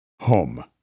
Home